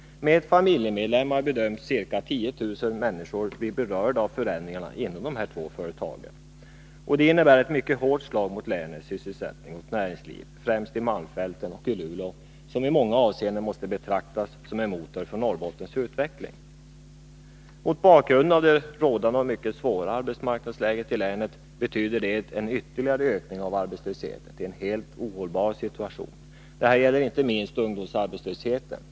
Man bedömer att förändringen inom de här två företagen berör ca 10 000 personer, om familjemedlemmar räknas med. Det innebär ett mycket hårt slag mot länets sysselsättning och näringsliv i främst malmfälten och Luleå, som i många avseenden måste betraktas som en motor för Norrbottens utveckling. Mot bakgrund av det rådande mycket svåra arbetsmarknadsläget i länet betyder det en ytterligare ökning av arbetslösheten till en helt ohållbar situation. Det gäller inte minst ungdomsarbetslösheten.